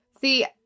See